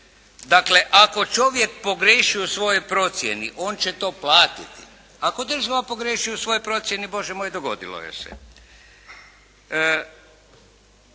Dakle ako čovjek pogriješi u svojoj procjeni on će to platiti. Ako država pogriješi u svojoj procjeni Bože moj dogodilo joj se.